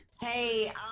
Hey